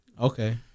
Okay